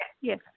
Yes